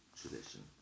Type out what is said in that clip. tradition